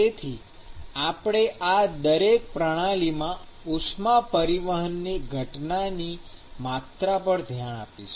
તેથી આપણે આ દરેક પ્રણાલીમાં ઉષ્મા પરિવહનની ઘટનાની માત્રા પર ધ્યાન આપીશું